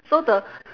so the